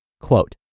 Quote